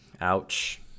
Ouch